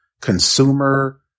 consumer